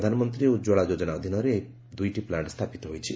ପ୍ରଧାନମନ୍ତ୍ରୀ ଉତ୍କଳା ଯୋଜନା ଅଧୀନରେ ଏହି ଦୁଇଟି ପ୍ଲାଙ୍କ ସ୍ଥାପିତ ହୋଇଛି